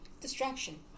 Distraction